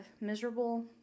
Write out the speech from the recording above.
miserable